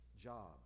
jobs